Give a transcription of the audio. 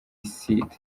sud